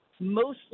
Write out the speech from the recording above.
mostly